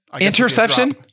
Interception